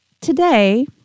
today